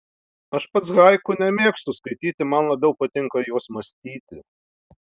aš pats haiku nemėgstu skaityti man labiau patinka juos mąstyti